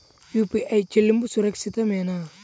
UPI చెల్లింపు సురక్షితమేనా?